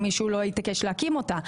אם מישהו לא יתעקש להקים אותה.